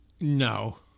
No